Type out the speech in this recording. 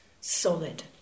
solid